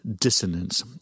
dissonance